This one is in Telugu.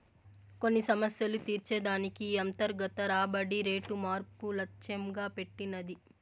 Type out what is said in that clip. కొన్ని సమస్యలు తీర్చే దానికి ఈ అంతర్గత రాబడి రేటు మార్పు లచ్చెంగా పెట్టినది